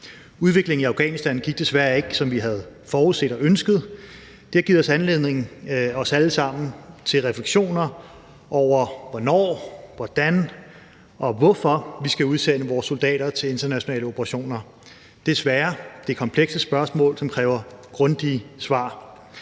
Udviklingen i Afghanistan gik desværre ikke, som vi havde forudset og ønsket, og det har givet os alle sammen anledning til refleksioner over, hvornår, hvordan og hvorfor vi skal udsende vores soldater til internationale operationer. Det er svære og komplekse spørgsmål, som kræver grundige svar.